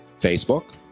Facebook